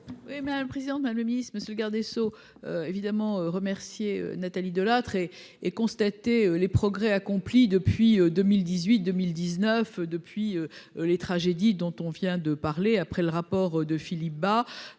mais un le président de la le ministre monsieur le garde des Sceaux évidemment remercier Nathalie Delattre et et constater les progrès accomplis depuis 2018, 2019 depuis les tragédies dont on vient de parler après le rapport de Philippe Bas